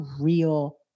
real